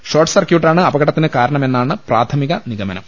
short സർക്യൂ ട്ടാണ് അപകടത്തിന് കാരണമെന്നാണ് പ്രാഥമിക നിഗമനം